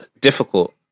difficult